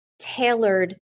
tailored